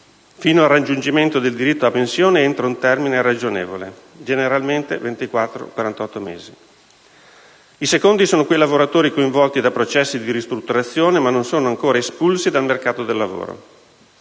fino al raggiungimento del diritto a pensione entro un termine ragionevole (generalmente 24-48 mesi). I secondi sono quei lavoratori coinvolti da processi di ristrutturazione ma non ancora espulsi dal mercato del lavoro.